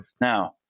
Now